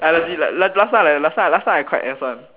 I legit like last time like last time last time I quite ass one